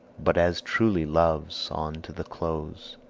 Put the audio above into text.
but as truly loves on to the close